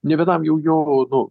ne vienam jų jo nu